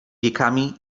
wiekami